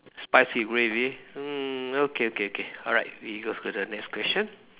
spicy gravy mm okay okay okay alright we go to the next question